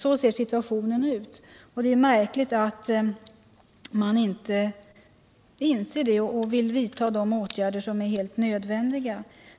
Så ser situationen ut, och det är märkligt att man inte inser det och inte vill vidta de åtgärder som är helt nödvändiga.